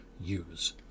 use